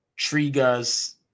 triggers